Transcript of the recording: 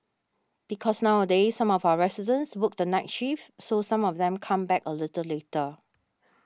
because nowadays some of our residents work the night shift so some of them come back a little later